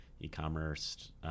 e-commerce